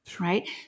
right